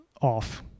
off